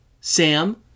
Sam